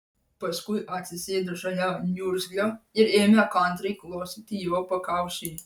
paskui atsisėdo šalia niurzglio ir ėmė kantriai glostyti jo pakaušį